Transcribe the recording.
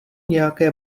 nějaké